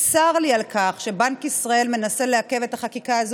צר לי על כך שבנק ישראל מנסה לעכב את החקיקה הזאת,